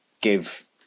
give